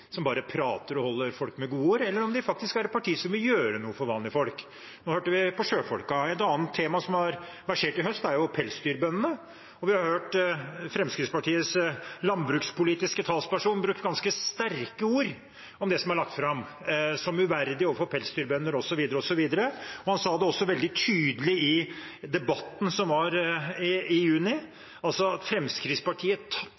som bare prater og holder folk med gode ord, eller om de faktisk er et parti som vil gjøre noe for vanlige folk. Nå hørte vi om sjøfolkene. Et annet tema som har versert i høst, er pelsdyrbøndene. Vi har hørt Fremskrittspartiets landbrukspolitiske talsperson bruke ganske sterke ord om det som er lagt fram, at det er uverdig overfor pelsdyrbøndene osv. Han sa det også veldig tydelig i debatten som var i